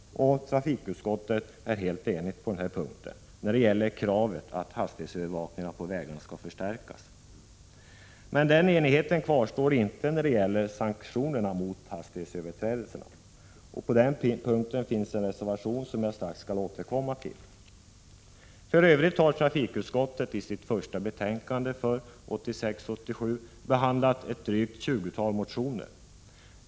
Trafikutskottet är helt enigt om kravet på att hastighetsövervakningen på vägarna skall förstärkas. Men den enigheten kvarstår inte när det gäller sanktionerna mot hastighetsöverträdelserna. På den punkten finns en reservation, som jag strax skall återkomma till. För övrigt har trafikutskottet i sitt första betänkande för 1986/87 behandlat ett drygt tjugotal motioner.